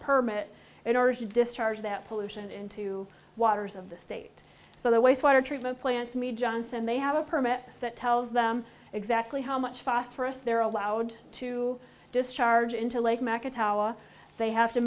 permit and already discharge that pollution into waters of the state so the wastewater treatment plants me johnson they have a permit that tells them exactly how much phosphorus they're allowed to discharge into lake macca taua they have to